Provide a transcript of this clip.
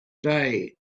day